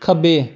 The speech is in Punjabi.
ਖੱਬੇ